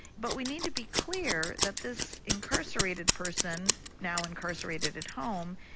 but we need to be clear that this incarcerated person, now incarcerated at home,